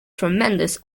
tremendous